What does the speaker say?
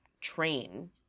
train